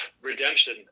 redemption